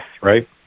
right